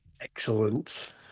Excellent